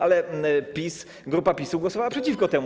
Ale PiS, grupa PiS-u głosowała przeciwko temu.